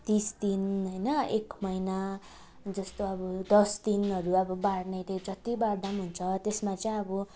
तिस दिन होइन एक महिना जस्तो अब दस दिनहरू अब बार्नेले जत्ति बार्दा पनि हुन्छ त्यसमा चाहिँ अब